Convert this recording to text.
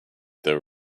there